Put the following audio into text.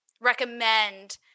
recommend